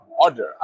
order